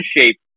shape